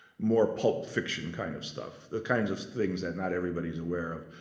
more pulp fiction kind of stuff. the kinds of things that not everybody's aware of.